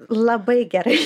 labai gerai